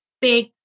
big